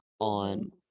on